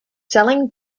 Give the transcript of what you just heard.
selling